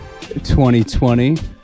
2020